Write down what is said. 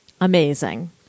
Amazing